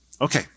Okay